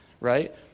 right